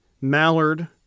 Mallard